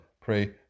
pray